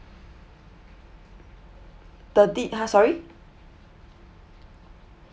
thirty [huh] sorry